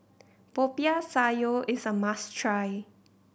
Popiah Sayur is a must try